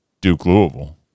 Duke-Louisville